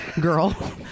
girl